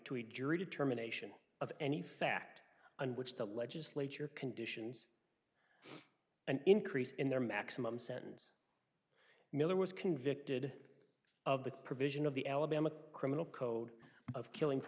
a jury determination of any fact on which the legislature conditions an increase in their maximum sentence miller was convicted of the provision of the alabama criminal code of killing